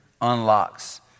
unlocks